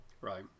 Right